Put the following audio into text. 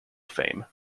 fame